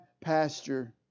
pasture